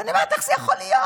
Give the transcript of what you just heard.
ואני אומרת: איך זה יכול להיות?